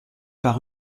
par